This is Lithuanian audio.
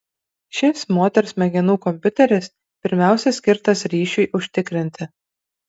šis moters smegenų kompiuteris pirmiausia skirtas ryšiui užtikrinti